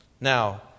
Now